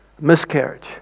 Miscarriage